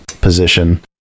position